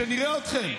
שנראה אתכם,